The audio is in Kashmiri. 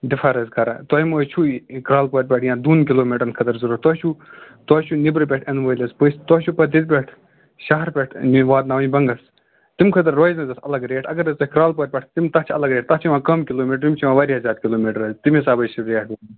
ڈِفر حظ کران تۄہہِ ما حظ چھُو یہِ کرالہٕ پورِ پٮ۪ٹھ یا دۅن کِلوٗ میٖٹرَن خٲطرٕ ضروٗرت تۄہہِ چھُو تۄہہِ چھُو نیبرٕ پٮ۪ٹھ یَنہٕ وٲلۍ حظ پٔژھۍ تۄہہِ چھُو پَتہٕ ییٚتہِ پٮ۪ٹھ شہرٕ پٮ۪ٹھ واتناوٕنۍ بَنگََس تَمہِ خٲطرٕ روزِ نہَ حظ اَلگ ریٹ اَگر حظ تۄہہِ کرٛالہٕ پورِ پٮ۪ٹھ تِم تَتھ چھِ اَلگ ریٹ تتھ چھِ یِوان کم کِلوٗ میٖٹر تِم چھِ یِوان واریاہ زیادٕ کِلوٗ میٖٹر تَمے حِسابہٕ چھِ ریٹ یہِ